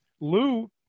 Lou